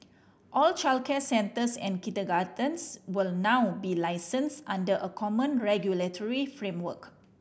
all childcare centres and kindergartens will now be licensed under a common regulatory framework